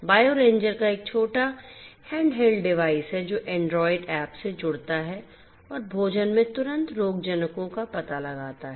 bio ranger एक छोटा handheld device है जो एंड्रॉइड ऐप से जुड़ता है और भोजन में तुरंत रोगजनकों का पता लगाता है